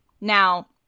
now